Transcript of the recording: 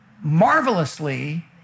marvelously